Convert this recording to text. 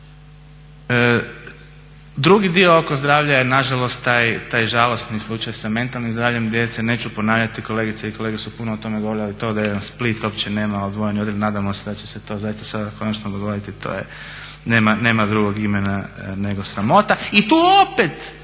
Drugi dio oko zdravlja je nažalost taj žalosni slučaj sa mentalnim zdravljem djece, neću ponavljati kolegice i kolege su puno o tome govorili, ali to da jedan Split uopće nema odvojeni odjel nadamo se da će se to zaista sad konačno dogoditi, nema drugog imena nego sramota. I tu opet